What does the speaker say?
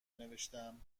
نوشتهام